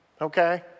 Okay